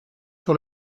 sur